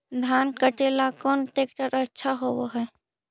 धान कटे ला कौन ट्रैक्टर अच्छा होबा है?